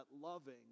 loving